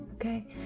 Okay